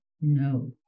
No